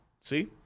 See